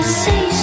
say